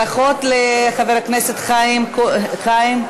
ברכות לחבר הכנסת חיים כץ,